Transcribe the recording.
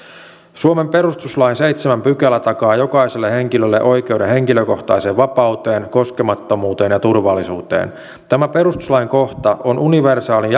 suomen perustuslain seitsemäs pykälä takaa jokaiselle henkilölle oikeuden henkilökohtaiseen vapauteen koskemattomuuteen ja turvallisuuteen tämä perustuslain kohta on universaali